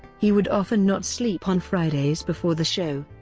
he would often not sleep on fridays before the show,